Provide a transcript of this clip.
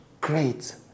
great